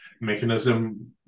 mechanism